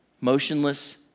motionless